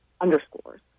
underscores